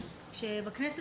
בכנסת,